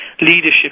leadership